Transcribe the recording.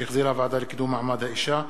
שהחזירה הוועדה לקידום מעמד האשה.